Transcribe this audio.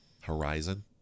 Horizon